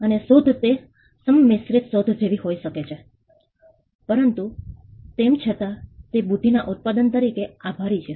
અને શોધ તે સંમિશ્ર શોધ જેવી હોઈ શકે છે પરંતુ તેમ છતાં તે બુદ્ધિના ઉત્પાદન તરીકે આભારી છે